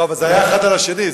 אבל זה היה אחד על השני,